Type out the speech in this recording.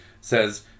says